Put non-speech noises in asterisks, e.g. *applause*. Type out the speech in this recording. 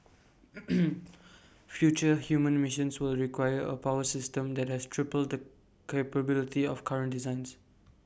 *noise* future human missions will require A power system that has triple the capability of current designs